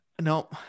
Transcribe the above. No